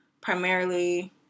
primarily